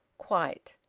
quite.